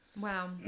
Wow